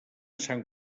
sant